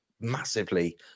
massively